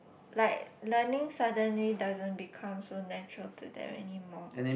like learning suddenly doesn't become so natural to them anymore